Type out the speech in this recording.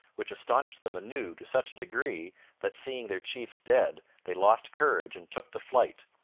which astonished them anew to such a degree that, seeing their chiefs dead, they lost courage and took to flight,